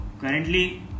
currently